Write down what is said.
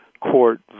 court